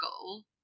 goal